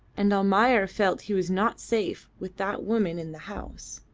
and almayer felt he was not safe with that woman in the house.